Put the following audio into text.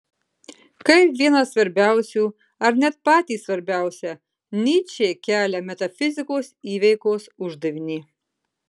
kaip vieną svarbiausių ar net patį svarbiausią nyčė kelia metafizikos įveikos uždavinį